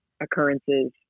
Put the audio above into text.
occurrences